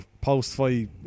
post-fight